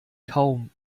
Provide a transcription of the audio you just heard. kaum